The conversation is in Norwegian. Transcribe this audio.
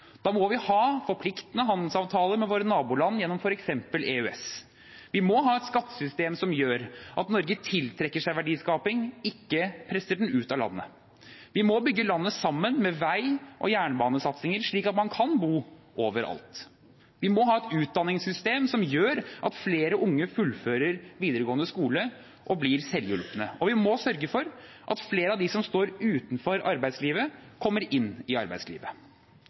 Da må vi ha forpliktende handelsavtaler med våre naboland gjennom f.eks. EØS, vi må ha et skattesystem som gjør at Norge tiltrekker seg verdiskaping, ikke presser den ut av landet. Vi må bygge landet sammen med vei- og jernbanesatsinger, slik at man kan bo overalt. Vi må ha et utdanningssystem som gjør at flere unge fullfører videregående skole og blir selvhjulpne. Og vi må sørge for at flere av dem som står utenfor arbeidslivet, kommer inn i arbeidslivet.